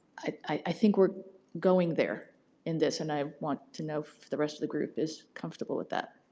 i think we're going there in this and i want to know if the rest of the group is comfortable with that?